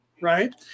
right